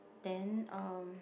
then um